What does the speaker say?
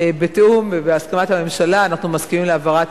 בתיאום ובהסכמת הממשלה אנחנו מסכימים להעברת